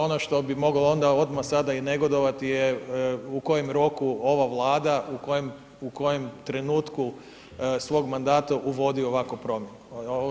Ono što bi mogao onda odmah sada i negodovati u kojem roku ova Vlada, u koje trenutku svog mandata uvodi ovakvu promjenu.